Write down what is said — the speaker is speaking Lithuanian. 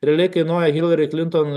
realiai kainuoja hilari klinton